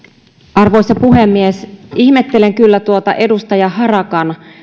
arvoisa puhemies ihmettelen kyllä tuota edustaja harakan